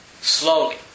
Slowly